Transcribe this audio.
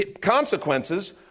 Consequences